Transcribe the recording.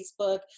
Facebook